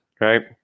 right